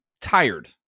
tired